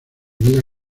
vida